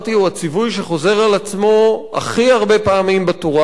הוא הציווי שחוזר על עצמו הכי הרבה פעמים בתורה.